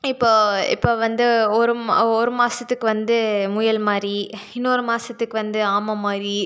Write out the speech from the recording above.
இப்போது இப்போ வந்து ஒரு ஒரு மாதத்துக்கு வந்து முயல் மாதிரி இன்னொரு மாதத்துக்கு வந்து ஆமை மாதிரி